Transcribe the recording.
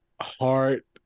heart